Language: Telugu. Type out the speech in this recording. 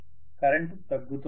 కరెంటు తగ్గుతోంది